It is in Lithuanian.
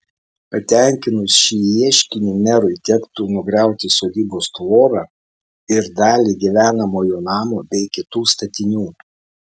patenkinus šį ieškinį merui tektų nugriauti sodybos tvorą ir dalį gyvenamojo namo bei kitų statinių